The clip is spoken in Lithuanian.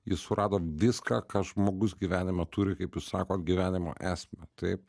jis surado viską ką žmogus gyvenime turi kaip sako gyvenimo esmę taip